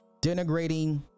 denigrating